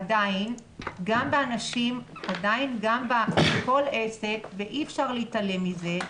עדיין גם בכל עסק, ואי אפשר להתעלם מזה,